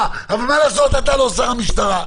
אבל מה לעשות, אתה לא שר המשטרה.